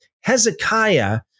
Hezekiah